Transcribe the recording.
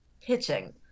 Pitching